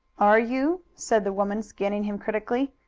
are you? said the woman, scanning him critically.